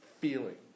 feeling